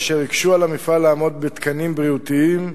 אשר הקשו על המפעל לעמוד בתקנים בריאותיים,